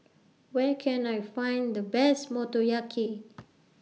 Where Can I Find The Best Motoyaki